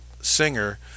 singer